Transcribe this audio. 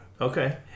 Okay